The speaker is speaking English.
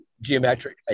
geometric